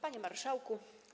Panie Marszałku!